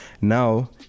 Now